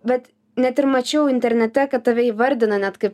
bet net ir mačiau internete kad tave įvardina net kaip